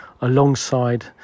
alongside